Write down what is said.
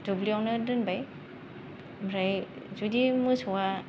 दुब्लिआवनो दोनबाय ओमफ्राय जुदि मोसौआ